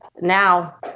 now